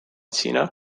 sina